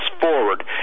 forward